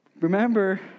Remember